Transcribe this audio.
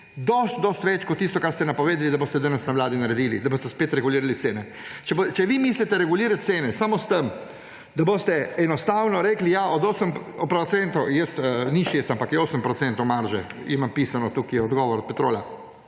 veliko večji kot tisto, kar ste napovedali, da boste danes na Vladi naredili, da boste spet regulirali cene. Če vi mislite regulirati cene samo s tem, da boste enostavno rekli, ja, 8 %– ni 6 %, ampak je 8 % marže, imam napisan tule odgovor Petrola